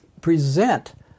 present